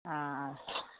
ஆ ஆ